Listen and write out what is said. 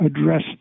address